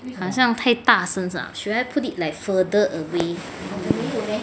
好像太大声是吗 should I like put it like further away